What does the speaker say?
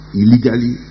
illegally